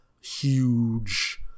huge